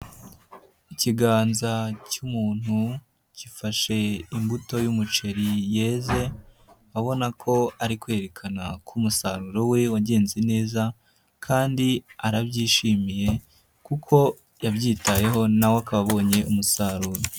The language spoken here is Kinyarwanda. Ikiganza cy'umuntu gifashe imbuto y'umuceri yeze, urabona ko ari kwerekana ko umusaruro we wagenze neza kandi arabyishimiye kuko yabyitayeho na we akaba abonye umusaruro.